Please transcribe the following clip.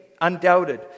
undoubted